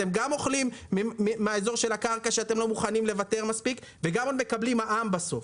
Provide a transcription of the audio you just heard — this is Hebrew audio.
אתם גם אוכלים מהקרקע שאתם לא מוכנים לוותר מספיק וגם מקבלים מע"מ בסוף.